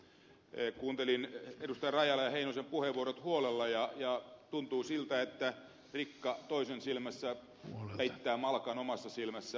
kuuntelin edustajien rajala ja heinonen puheenvuorot huolella ja tuntuu siltä että rikka toisen silmässä peittää malkan omassa silmässä